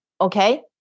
okay